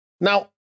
Now